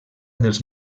dels